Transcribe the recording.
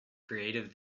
creative